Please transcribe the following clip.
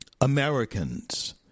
americans